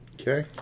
Okay